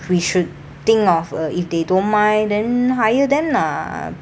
we should think of uh if they don't mind then hire them lah